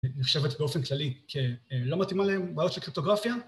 נחשבת באופן כללי כלא מתאימה לבעיות של קריפטוגרפיה.